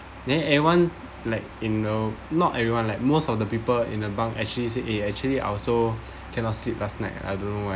then everyone like in no not everyone like most of the people in the bunk actually say eh actually I also cannot sleep last night I don't know why